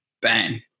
Bang